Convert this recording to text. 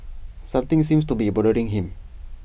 something seems to be bothering him